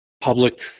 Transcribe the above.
public